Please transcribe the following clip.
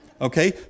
Okay